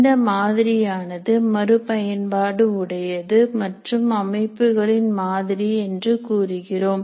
இந்த மாதிரியானது மறுபயன்பாடு உடையது மற்றும் அமைப்புகளின் மாதிரி என்று கூறுகிறோம்